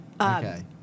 Okay